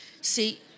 See